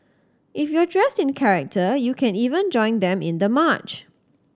if you're dressed in character you can even join them in the march